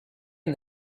and